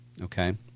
okay